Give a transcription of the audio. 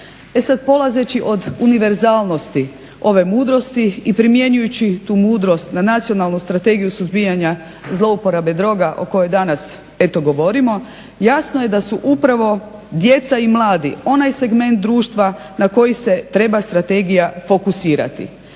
E sad, polazeći od univerzalnosti ove mudrosti i primjenjujući tu mudrost na Nacionalnu strategiju suzbijanja zlouporabe droga o kojoj danas eto govorimo jasno je da su upravo djeca i mladi onaj segment društva na koji se treba strategija fokusirati.